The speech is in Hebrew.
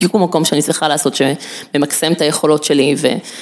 יהיו פה מקום שאני אצליחה לעשות שבמקסם את היכולות שלי.